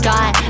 God